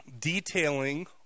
detailing